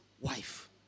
wife